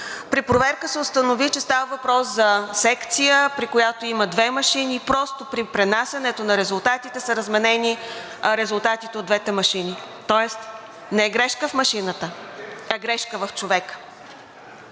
при проверка се установи, че става въпрос за секция, при която има две машини. Просто при пренасянето на резултатите са разменени резултатите от двете машини. Тоест не грешка в машината, а грешка в човека.